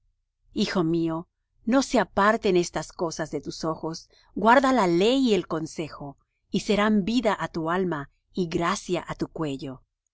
hijo mío no se aparten estas cosas de tus ojos guarda la ley y el consejo y serán vida á tu alma y gracia á tu cuello